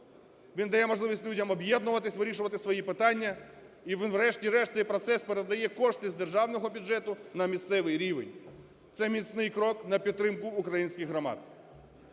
він дає можливість людям об'єднуватись, вирішувати свої питання і він, врешті-решт, цей процес, передає кошти з державного бюджету на місцевий рівень. Це міцний крок на підтримку українських громад.